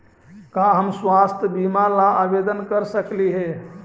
का हम स्वास्थ्य बीमा ला आवेदन कर सकली हे?